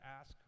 ask